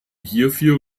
hierfür